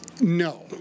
No